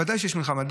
ודאי שיש מלחמה.